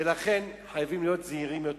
לכן חייבים להיות זהירים יותר,